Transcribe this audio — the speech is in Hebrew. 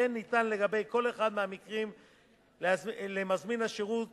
וכן ניתנו לגבי כל אחד מהמקרים למזמין השירות